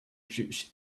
juice